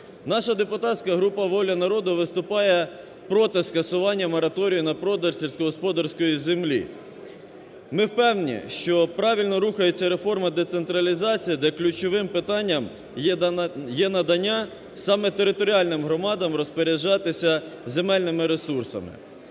Наша депутатська група "Воля народу" виступає проти скасування мораторію на продаж сільськогосподарської землі. Ми впевнені, що правильно рухається реформа децентралізації, де ключовим питанням є надання саме територіальним громадам розпоряджатися земельними ресурсами.